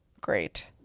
great